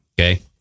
Okay